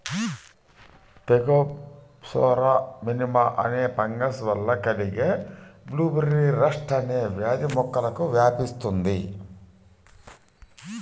Thekopsora మినిమా అనే fungus వల్ల కలిగే బ్లూబెర్రీ రస్ట్ అనే వ్యాధి మొక్కలకు వ్యాపిస్తుంది